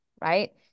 right